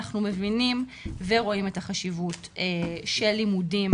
אנחנו מבינים ורואים את החשיבות של לימודים